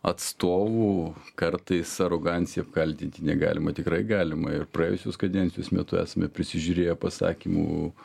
atstovų kartais arogancija apkaltinti negalima tikrai galima ir praėjusios kadencijos metu esame prisižiūrėję pasakymų